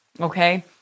Okay